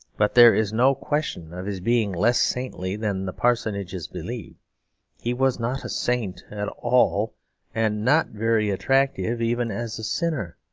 but there is no question of his being less saintly than the parsonages believed he was not a saint at all and not very attractive even as a sinner.